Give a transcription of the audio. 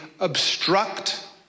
obstruct